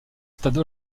stade